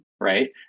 right